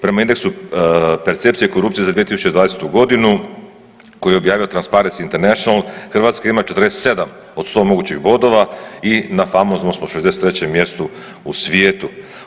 Prema indeksu percepcije korupcije za 2020. godinu koje je objavio Transparens International, Hrvatska ima 47 od 100 mogućih bodova i na famoznom smo 63 mjestu u svijetu.